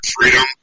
Freedom